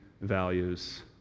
values